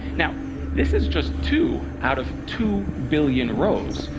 now this is just two out of two billion rows.